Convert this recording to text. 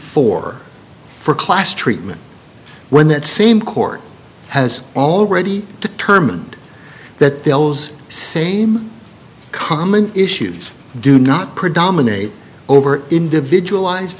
four for class treatment when that same court has already determined that the l's same common issues do not predominate over individualized